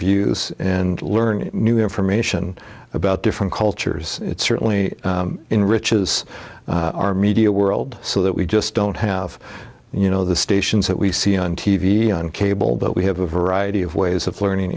views and learn new information about different cultures it certainly enriches our media world so that we just don't have you know the stations that we see on t v on cable but we have a variety of ways of learning